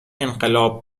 انقلاب